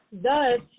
Thus